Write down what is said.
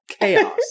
chaos